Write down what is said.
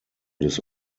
des